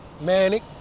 Manic